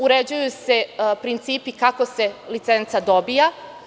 Uređuju se principi kako se licenca dobija.